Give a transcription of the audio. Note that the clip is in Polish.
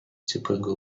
ciepłego